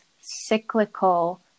cyclical